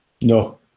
No